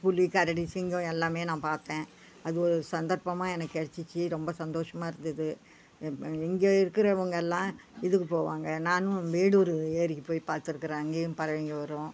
புலி கரடி சிங்கம் எல்லாமே நான் பார்த்தேன் அது ஒரு சந்தர்ப்பமாக எனக்கு கிடச்சிச்சி ரொம்ப சந்தோஷமாக இருந்தது இப்போ இங்கே இருக்கிறவங்க எல்லாம் இதுக்கு போவாங்க நானும் வீடூர் ஏரிக்கு போய் பார்த்துருக்கறேன் அங்கேயும் பறவைங்கள் வரும்